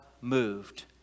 moved